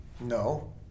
No